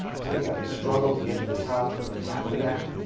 so you have to struggle to get to the top but then after that,